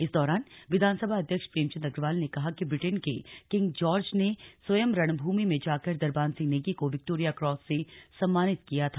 इस दौरान विधानसभा अध्यक्ष प्रेमचंद अग्रवाल ने कहा कि ब्रिटेन के किंग जॉर्ज ने स्वयं रणभूमि में जाकर दरबान सिंह नेगी को विक्टोरिया क्रॉस से सम्मानित किया था